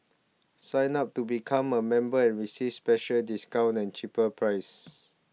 sign up to become a member and receive special discounts and cheaper prices